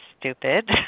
stupid